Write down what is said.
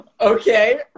Okay